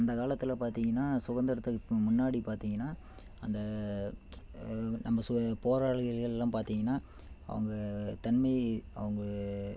அந்த காலத்தை பார்த்திங்கனா சுகந்திரத்துக்கு முன்னாடி பார்த்திங்கனா அந்த நம்ம சுக போராளிகள்லாம் பார்த்திங்கனா அவங்க தன்மையே அவங்க